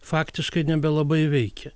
faktiškai nebelabai veikia